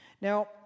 Now